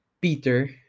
Peter